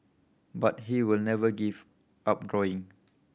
but he will never give up drawing